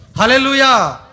hallelujah